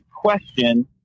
question